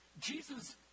Jesus